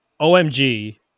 OMG